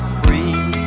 free